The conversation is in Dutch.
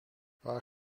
waar